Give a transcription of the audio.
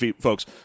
folks